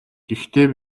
гэхдээ